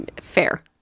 Fair